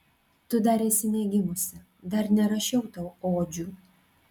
tu dar esi negimusi dar nerašiau tau odžių